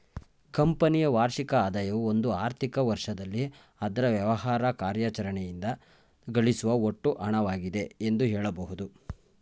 ಕಂಪನಿಯ ವಾರ್ಷಿಕ ಆದಾಯವು ಒಂದು ಆರ್ಥಿಕ ವರ್ಷದಲ್ಲಿ ಅದ್ರ ವ್ಯವಹಾರ ಕಾರ್ಯಾಚರಣೆಯಿಂದ ಗಳಿಸುವ ಒಟ್ಟು ಹಣವಾಗಿದೆ ಎಂದು ಹೇಳಬಹುದು